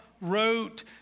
wrote